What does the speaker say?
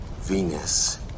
Venus